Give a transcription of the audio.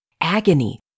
agony